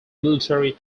military